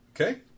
Okay